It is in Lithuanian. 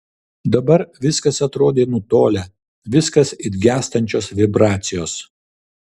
dabar viskas atrodė nutolę viskas it gęstančios vibracijos